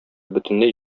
бөтенләй